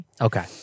okay